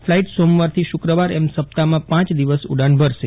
flight સોમવારથી શુક્રવાર એમ સપ્તાહમાં પાંચ દિવસ ઉડાન ભરશે